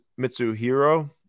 Mitsuhiro